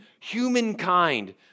humankind